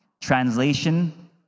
Translation